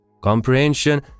comprehension